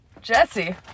Jesse